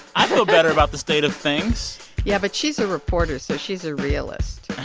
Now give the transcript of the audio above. i feel better about the state of things yeah, but she's a reporter. so she's a realist